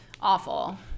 Awful